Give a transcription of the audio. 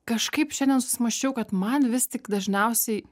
kažkaip šiandien susimąsčiau kad man vis tik dažniausiai